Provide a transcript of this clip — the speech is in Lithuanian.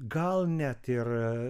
gal net ir